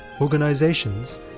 organizations